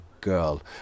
girl